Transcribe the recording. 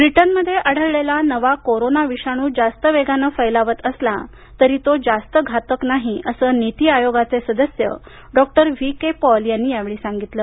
ब्रिटनमध्ये आढळलेला नवा कोरोना विषाणू जास्त वेगानं फैलावत असला तरी तो जास्त घातक नाही असं नीती आयोगाचे सदस्य डॉ व्ही के पॉल यांनी यावेळी सांगितलं